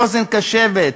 לאוזן קשבת,